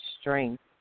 strength